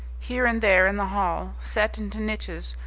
here and there in the hall, set into niches,